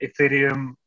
Ethereum